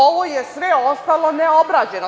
Ovo je sve ostalo neobrađeno.